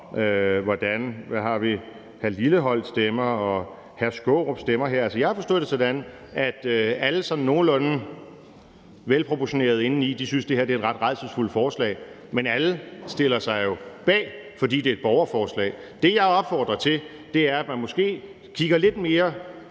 Lars Christian Lilleholt stemmer, og hvordan hr. Peter Skaarup stemmer her. Jeg har forstået det sådan, at alle sådan nogenlunde velproportionerede indeni synes, at det her er et ret rædselsfuldt forslag, men alle stiller sig jo bag, fordi det er et borgerforslag. Det, jeg opfordrer til, er, at man måske kigger lidt mere